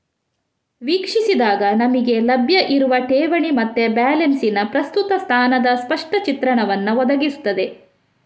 ವೀಕ್ಷಿಸಿದಾಗ ನಮಿಗೆ ಲಭ್ಯ ಇರುವ ಠೇವಣಿ ಮತ್ತೆ ಬ್ಯಾಲೆನ್ಸಿನ ಪ್ರಸ್ತುತ ಸ್ಥಾನದ ಸ್ಪಷ್ಟ ಚಿತ್ರಣವನ್ನ ಒದಗಿಸ್ತದೆ